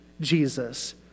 Jesus